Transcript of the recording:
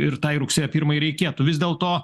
ir tai rugsėjo pirmai reikėtų vis dėlto